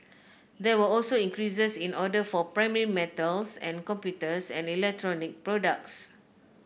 there were also increases in orders for primary metals and computers and electronic products